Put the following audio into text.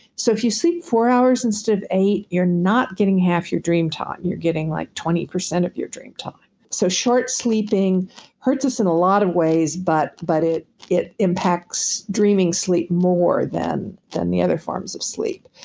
so if you sleep four hours instead of eight, you're not getting half your dream time you're getting like twenty percent of your dream time so short sleeping hurt us in a lot of ways but but it it impacts dreaming sleep more than than the other forms of sleep.